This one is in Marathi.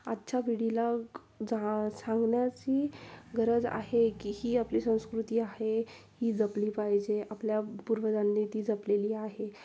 आजच्या पिढीला जा सांगण्याची गरज आहे की ही आपली संस्कृती आहे ही जपली पाहिजे आपल्या पूर्वजांनी ती जपलेली आहे